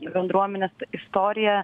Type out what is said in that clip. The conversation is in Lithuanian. bendruomenės istorija